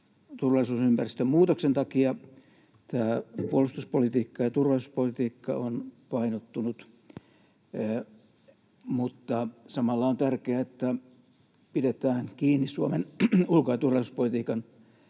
turvallisuusympäristön muutoksen takia puolustuspolitiikka ja turvallisuuspolitiikka ovat painottuneet. Mutta samalla on tärkeää, että pidetään kiinni Suomen ulko- ja turvallisuuspolitiikan